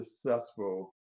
successful